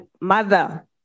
mother